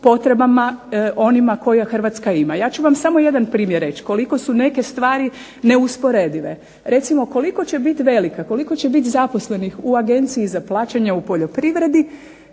potrebama onima koje Hrvatska ima. Ja ću vam samo jedan primjer reći koliko su neke stvari neusporedive. Recimo, koliko će biti velika, koliko će biti zaposlenih u Agenciji za plaćanje u poljoprivredi